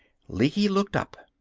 lecky looked up.